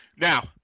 Now